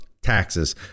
Taxes